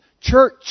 Church